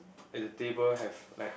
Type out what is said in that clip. as the table have like